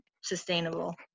sustainable